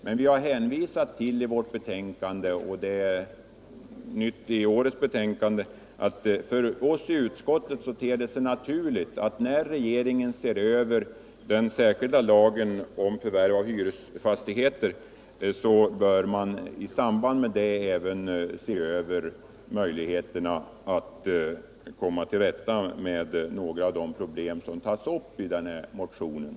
En nyhet i årets betänkande är att vi har anfört att det för oss i utskottet ter sig naturligt att regeringen, när den ser över den särskilda lagen om förvärv av hyresfastigheter, även ser över möjligheten att komma till rätta med några av de problem som tas upp i den här motionen.